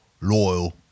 loyal